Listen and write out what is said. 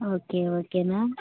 okay okay ma'am